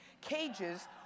cages